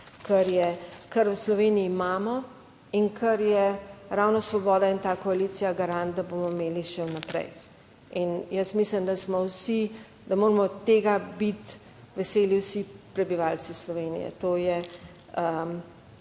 kar v Sloveniji imamo in kar je ravno Svoboda in ta koalicija garant, da bomo imeli še vnaprej. In jaz mislim, da smo vsi, da moramo tega biti veseli vsi prebivalci Slovenije. To je